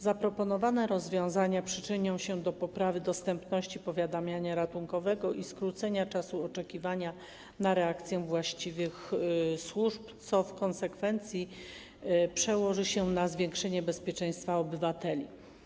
Zaproponowane rozwiązania przyczynią się do poprawy dostępności powiadamiania ratunkowego i skrócenia czasu oczekiwania na reakcję właściwych służb, co w konsekwencji przełoży się na zwiększenie bezpieczeństwa obywateli.